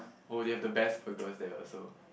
oh they have the best burgers there also